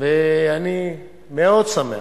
אני מאוד שמח,